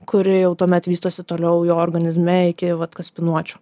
kuri jau tuomet vystosi toliau jo organizme iki vat kaspinuočių